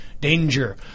danger